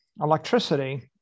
electricity